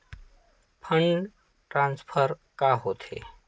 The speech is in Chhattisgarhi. फंड ट्रान्सफर का होथे?